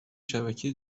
شبکه